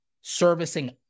servicing